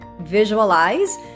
visualize